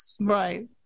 Right